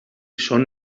són